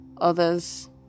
Others